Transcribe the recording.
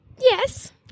Yes